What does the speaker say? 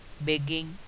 begging